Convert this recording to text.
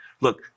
Look